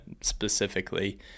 specifically